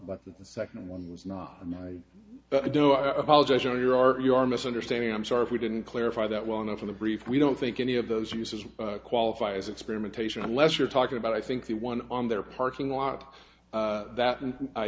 but the second one was not and i do i apologize for your art you are misunderstanding i'm sorry if we didn't clarify that well enough in the brief we don't think any of those uses qualify as experimentation unless you're talking about i think the one on their parking lot that and i